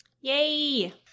Yay